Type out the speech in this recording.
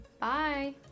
Bye